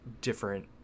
different